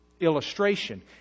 illustration